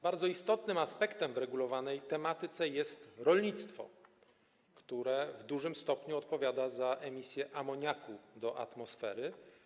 Bardzo istotnym aspektem w regulowanej tematyce jest rolnictwo, które w dużym stopniu odpowiada za emisję amoniaku do atmosfery.